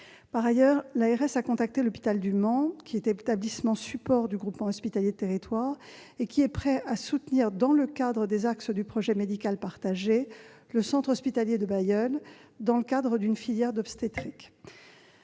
Par ailleurs, l'ARS a contacté l'hôpital du Mans, établissement support du groupement hospitalier de territoire, qui est prêt à soutenir, dans le cadre des axes du projet médical partagé, le centre hospitalier de Bailleul, au titre de la filière d'obstétrique.